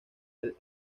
del